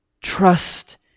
trust